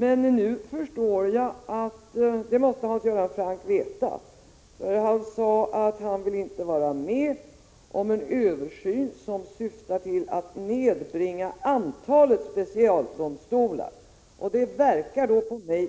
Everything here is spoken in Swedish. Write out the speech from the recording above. Men nu förstår jag att Hans Göran Franck måste veta det, för han sade att han inte vill vara med om en översyn som syftar till att nedbringa antalet specialdomstolar. Det verkar på mig